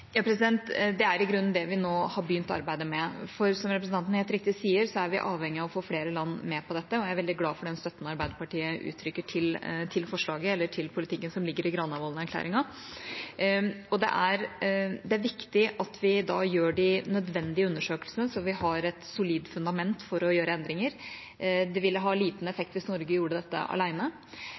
Det er i grunnen det vi nå har begynt arbeidet med, for som representanten helt riktig sier, er vi avhengig av å få flere land med på dette, og jeg er veldig glad for den støtten Arbeiderpartiet uttrykker til politikken som ligger i Granavolden-erklæringen. Det er viktig at vi da gjør de nødvendige undersøkelsene, så vi har et solid fundament for å gjøre endringer. Det ville ha liten effekt hvis Norge gjorde dette